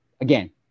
again